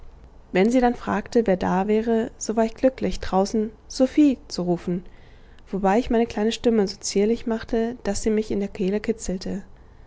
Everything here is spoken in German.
wenn sie dann fragte wer da wäre so war ich glücklich draußen sophie zu rufen wobei ich meine kleine stimme so zierlich machte daß sie mich in der kehle kitzelte